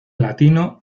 latino